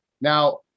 Now